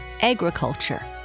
agriculture